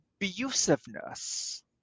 abusiveness